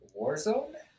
warzone